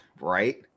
Right